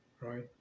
Right